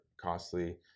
costly